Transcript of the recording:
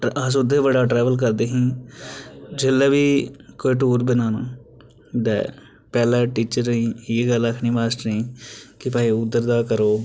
ते अस उत्थें बड़ा ट्रेवल करदे ही जेल्लै बी कुतै टूर बनाना ते पैह्लें टीचरें गी इयै गल्ल आक्खनी मास्टरें गी कि भई उद्धर दा करो